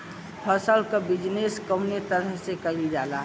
फसल क बिजनेस कउने तरह कईल जाला?